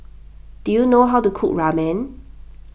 do you know how to cook Ramen